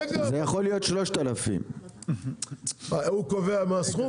זה יכול להיות 3,000. הוא קובע מה הסכום?